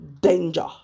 danger